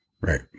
Right